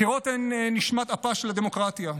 בחירות הן נשמת אפה של הדמוקרטיה,